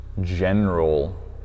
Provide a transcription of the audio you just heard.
general